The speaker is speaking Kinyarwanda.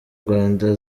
rwanda